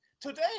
Today